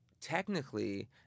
technically